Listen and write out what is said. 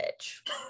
bitch